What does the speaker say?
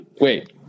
Wait